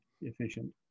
efficient